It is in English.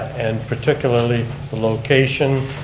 and particularly the location,